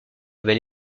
belle